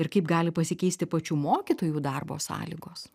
ir kaip gali pasikeisti pačių mokytojų darbo sąlygos